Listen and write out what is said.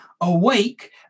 awake